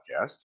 Podcast